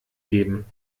geben